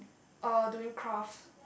uh doing crafts